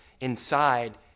inside